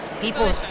people